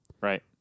Right